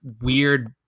weird